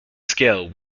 scale